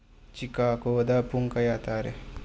ꯆꯤꯀꯥꯒꯣꯗ ꯄꯨꯡ ꯀꯌꯥ ꯇꯥꯔꯦ